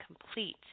complete